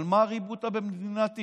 אבל מה הרבותא במדינת אי?